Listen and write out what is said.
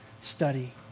study